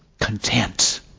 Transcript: content